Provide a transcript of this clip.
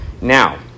Now